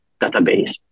database